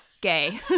gay